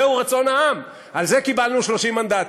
זהו רצון העם, על זה קיבלנו 30 מנדטים.